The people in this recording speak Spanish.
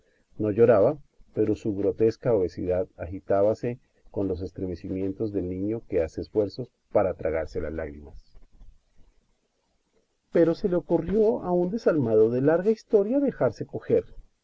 no lloraba pero su grotesca obesidad agitábase con los estremecimientos del niño que hace esfuerzos para tragarse las lágrimas pero se le ocurrió a un desalmado de larga historia dejarse coger